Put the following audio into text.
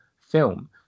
film